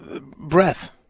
breath